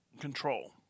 control